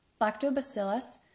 Lactobacillus